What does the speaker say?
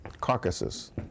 carcasses